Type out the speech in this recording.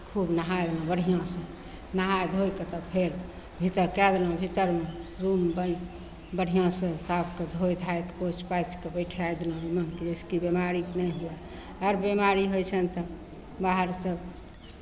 खूब नहाय देलहुँ बढ़िआँसँ नहाय धोए कऽ तब फेर भीतर कए देलहुँ भीतरमे रूममे बन्द बढ़िआँसँ साफके धोए धाय कऽ पोछि पाछि कऽ बैठाय देलहुँ ओहिमे जइसे कि बिमारी नहि हुए आर बिमारी होइ छनि तऽ बाहरसँ